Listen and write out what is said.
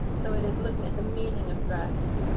so it is looking at the meaning of dress,